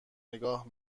نگاه